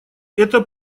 это